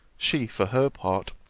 she, for her part,